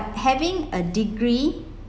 having a degree